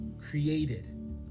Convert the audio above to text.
created